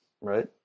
right